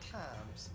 times